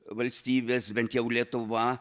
valstybės bent jau lietuva